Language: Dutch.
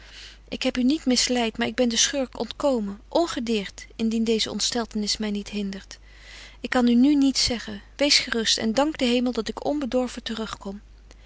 burgerhart heb u niet misleit maar ik ben den schurk ontkomen ongedeert indien deeze ontsteltenis my niet hindert ik kan u nu niets zeggen wees gerust en dank den hemel dat ik onbedorven te rug kom